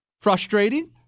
frustrating